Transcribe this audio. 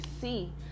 see